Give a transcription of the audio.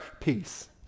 Peace